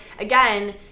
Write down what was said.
again